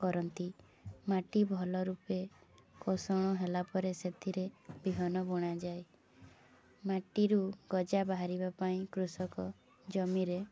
କରନ୍ତି ମାଟି ଭଲ ରୂପେ ପୋଷଣ ହେଲା ପରେ ସେଥିରେ ବିହନ ବୁଣା ଯାଏ ମାଟିରୁ ଗଜା ବାହାରିବା ପାଇଁ କୃଷକ ଜମିରେ